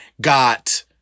got